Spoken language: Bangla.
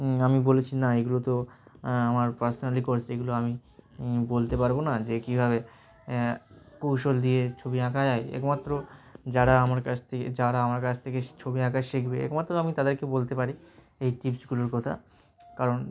আমি বলেছি না এগুলো তো আমার পার্সোনালি কোর্স এগুলো আমি বলতে পারবো না যে কীভাবে কৌশল দিয়ে ছবি আঁকা যায় একমাত্র যারা আমার কাছ থেকে যারা আমার কাছ থেকে ছবি আঁকা শিখবে একমাত্র আমি তাদেরকে বলতে পারি এই টিপসগুলোর কথা কারণ